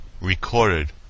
recorded